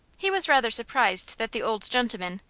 he was rather surprised that the old gentleman,